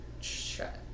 shut